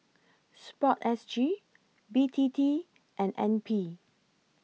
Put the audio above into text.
Sport S G B T T and N P